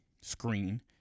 screen